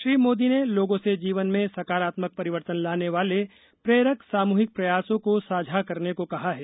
श्री मोदी ने लोगों से जीवन में सकारात्मक परिवर्तन लाने वाले प्रेरक सामूहिक प्रयासों को साझा करने को कहा है